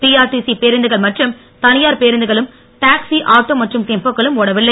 PRTC பேருந்துகள் மற்றும் தனியார் பேருந்துகளும் டாக்சி ஆட்டோ மற்றும் டெம்போக்களும் ஒடவில்லை